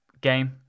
game